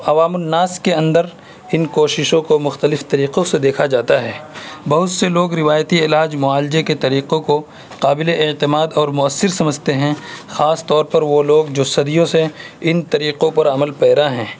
عوام الناس کے اندر ان کوششوں کو مختلف طریقوں سے دیکھا جاتا ہے بہت سے لوگ روایتی علاج معالجے کے طریقوں کو قابل اعتماد اور مؤثر سمجھتے ہیں خاص طور پر وہ لوگ جو صدیوں سے ان طریقوں پر عمل پیرا ہیں